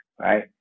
right